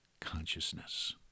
consciousness